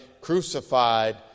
crucified